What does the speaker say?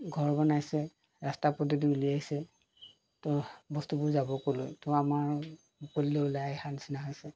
ঘৰ বনাইছে ৰাস্তা পদূলি উলিয়াইছে ত' বস্তুবোৰ যাব ক'লৈ ত' আমাৰ মুকলিলৈ ওলাই আহাৰ নিচিনা হৈছে